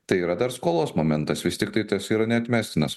tai yra dar skolos momentas vis tiktai tas yra neatmestinas